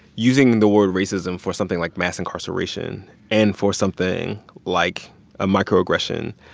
using the word racism for something like mass incarceration and for something like a microaggression